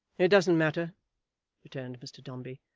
it doesn't matter returned mr dombey.